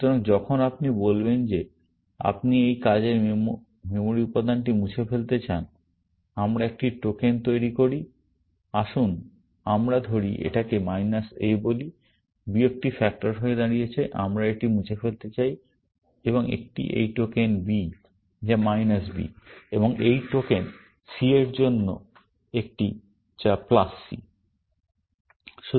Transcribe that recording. সুতরাং যখন আপনি বলবেন যে আপনি এই কাজের মেমরি উপাদানটি মুছে ফেলতে চান আমরা একটি টোকেন তৈরি করি আসুন আমরা ধরি এটাকে মাইনাস a বলি বিয়োগটি ফ্যাক্টর জন্য দাঁড়িয়েছে আমরা এটি মুছে ফেলতে চাই এবং একটি এই টোকেন b যা মাইনাস b এবং এই টোকেন c এর জন্য একটি যা প্লাস c